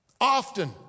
Often